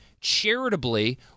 charitably